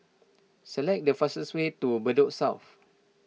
select the fastest way to Bedok South